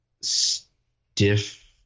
stiff